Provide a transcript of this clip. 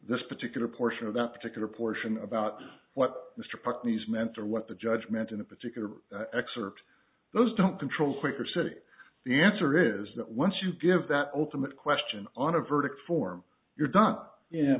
this particular portion of that particular portion about what mr putney's meant or what the judge meant in a particular excerpt those don't control quicker city the answer is that once you give that ultimate question on a verdict form you're done